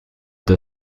the